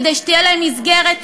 כדי שתהיה להם מסגרת,